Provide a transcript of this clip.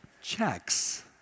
checks